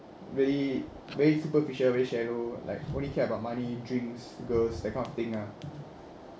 very very superficial very shallow like only care about money drinks girls that kind of thing ah